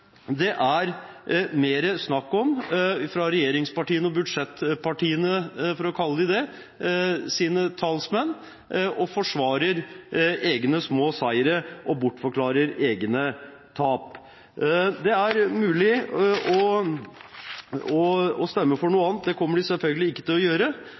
det er mer snakk om, fra regjeringspartienes og budsjettpartienes – for å kalle dem det – talsmenn å forsvare egne små seire og bortforklare egne tap. Det er mulig å stemme for noe annet, det kommer de selvfølgelig ikke til å gjøre,